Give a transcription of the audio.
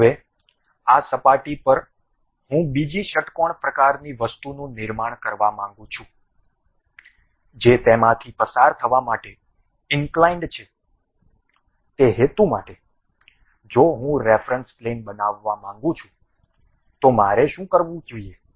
હવે આ સપાટી પર હું બીજી ષટ્કોણ પ્રકારની વસ્તુનું નિર્માણ કરવા માંગું છું જે તેમાંથી પસાર થવામાટે ઇંક્લાઇન્ડ છે તે હેતુ માટે જો હું રેફરન્સ પ્લેન બનાવવા માંગું છું તો મારે શું કરવું જોઈએ